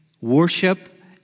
worship